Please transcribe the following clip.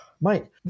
Mike